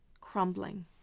crumbling